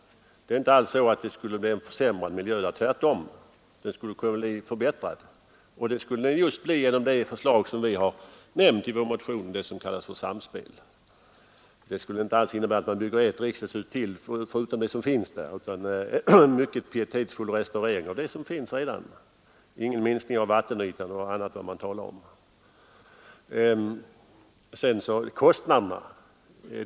Det skulle nog inte alls bli en försämrad miljö — kanske tvärtom; den skulle kunna bli förbättrad. Det skulle den bli med det förslag, ”Samspel”, som vi omnämnt i vår motion. Det skulle inte innebära att man bygger ytterligare ett riksdagshus förutom det som finns, utan en mycket pietetsfull restaurering av det som finns redan. Det skulle inte bli någon minskning av vattenytan. Kostnaderna!